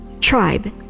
Tribe